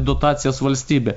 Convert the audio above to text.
dotacijas valstybė